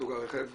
סוג הרכב,